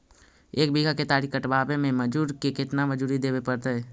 एक बिघा केतारी कटबाबे में मजुर के केतना मजुरि देबे पड़तै?